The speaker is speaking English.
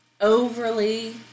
overly